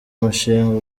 mushinga